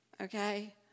Okay